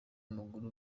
w’amaguru